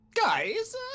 Guys